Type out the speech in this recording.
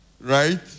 right